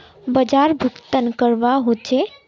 बाजार भुगतान की करवा होचे?